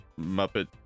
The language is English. muppet